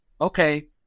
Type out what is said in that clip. okay